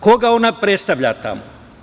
Koga ona predstavlja tamo?